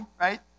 right